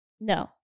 No